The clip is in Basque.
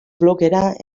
blogera